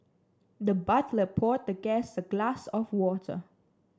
the butler poured the guest a glass of water